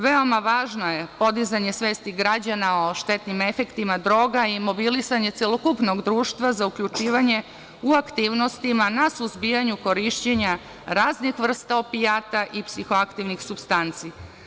Veoma važno je podizanje svesti građana o štetnim efektima droga i mobilisanje celokupnog društva za uključivanje u aktivnostima na suzbijanju korišćenja raznih vrsta opijata i psihoaktivnih supstanci.